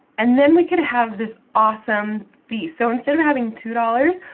and then we could have this awesome feast. so, instead of having two dollars,